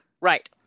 Right